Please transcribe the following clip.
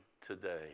today